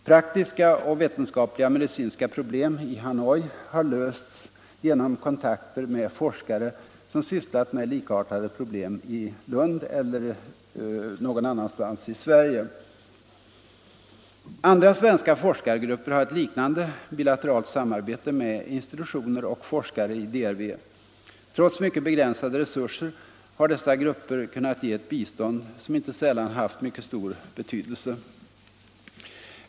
Praktiska och vetenskapliga medicinska problem i Hanoi har lösts genom kontakter med forskare som sysslat med likartade problem i Lund eller någon annanstans i Sverige. Andra svenska forskargrupper har ett liknande bilateralt samarbete med institutioner och forskare i DRV. Trots mycket begränsade resurser har dessa grupper kunnat ge ett bistånd som haft mycket stor betydelse.